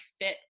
fit